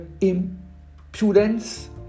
impudence